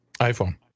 iPhone